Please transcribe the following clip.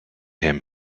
him